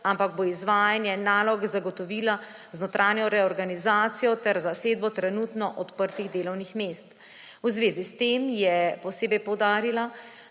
ampak bo izvajanje nalog zagotovila z notranjo reorganizacijo ter zasedbo trenutno odprtih delovnih mest. V zvezi s tem je posebej poudarila,